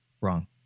Wrong